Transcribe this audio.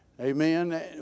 Amen